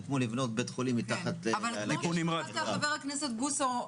זה כמו לבנות בית-חולים מתחת לגשר --- חבר הכנסת בוסו,